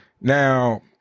Now